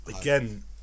again